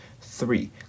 three